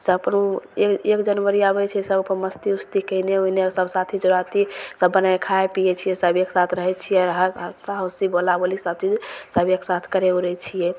सभपर ओ एक एक जनवरी आबै छै सभ अपन मस्ती उस्ती कएने उइने सब साथी सोराथी सभ बनैके खाइ पिए छिए सभ एकसाथ रहै छिए ह ह हस्सा हुस्सी बोला बोली सबचीज सभ एकसाथ सभ एकसाथ करै उरै छिए